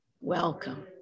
welcome